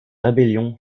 rébellion